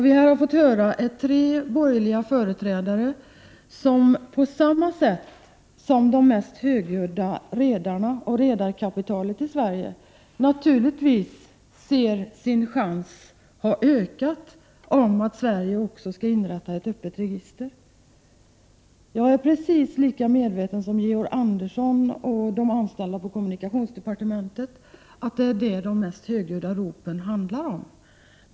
Vi har fått höra tre borgerliga företrädare som, på samma sätt som de mest högljudda redarna och redarkapitalet i Sverige, naturligtvis ser att möjligheten att även Sverige skall inrätta ett öppet register har ökat. Jag är precis lika medveten som Georg Andersson och de anställda på kommunikationsdepartementet om att det är detta som de mest högljudda ropen handlar om.